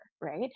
right